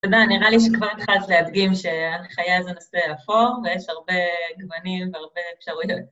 תודה, נראה לי שכבר התחלת להבין שהנחיה זה נושא אפור, ויש הרבה גוונים והרבה אפשרויות.